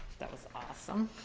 that was awesome.